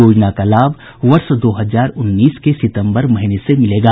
योजना का लाभ वर्ष दो हजार उन्नीस के सितंबर महीने से मिलेगा